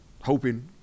hoping